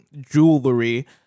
jewelry